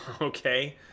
okay